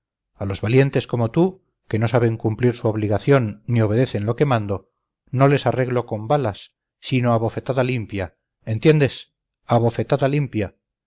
a los valientes como tú que no saben cumplir su obligación ni obedecen lo que mando no les arreglo con balas sino a bofetada limpia entiendes a bofetada limpia